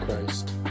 Christ